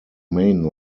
main